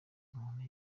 umuntu